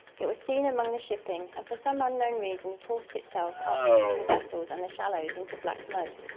it was seen among the shipping and for some unknown reason forced itself up between the vessels and the shallows into black mud.